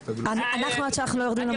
אנחנו עד שאנחנו לא יורדים למוקדים,